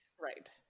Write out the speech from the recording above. right